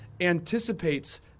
anticipates